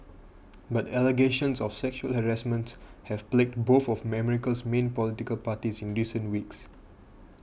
but allegations of sexual harassment have plagued both of America's main political parties in recent weeks